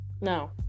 No